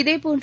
இதேபோன்று